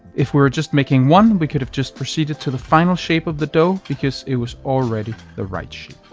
if we were just making one we could have just proceeded to the final shape of the dough because it was already the right shape.